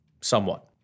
somewhat